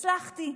הצלחתי.